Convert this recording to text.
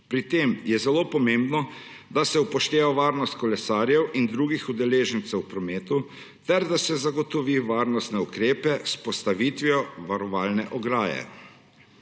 Pri tem je zelo pomembno, da se upošteva varnost kolesarjev in drugih udeležencev v prometu ter da se zagotovi varnostne ukrepe s postavitvijo varovalne ograje.